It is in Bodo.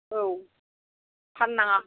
औ फान्नाङा